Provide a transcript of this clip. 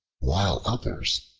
while others,